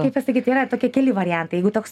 kaip pasakyt yra tokie keli variantai jeigu toks